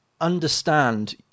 understand